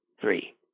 Three